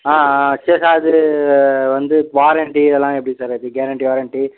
ஆ ஆ சரி சார் அது வந்து வாரண்டி இதெல்லாம் எப்படி சார் அது கேரண்டி வாரண்டி